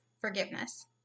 forgiveness